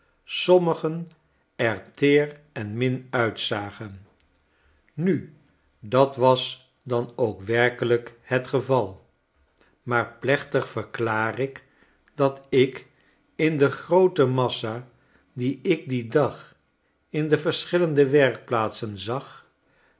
er teer en min uitzagen nu dat was dan ook werkelijk het geval maar plechtig verklaar ik dat ik in de groote massa die ik dien dag in de verschillende werkplaatsen zag